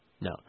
no